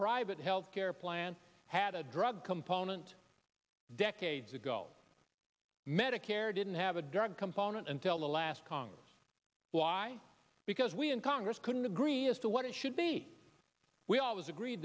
private health care plan had a drug component decades ago medicare didn't have a drug component until the last congress why because we in congress couldn't agree as to what it should be we always agree